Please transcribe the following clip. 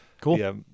Cool